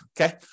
okay